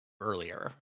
earlier